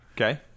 Okay